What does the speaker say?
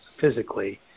physically